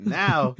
now